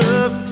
up